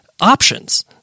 options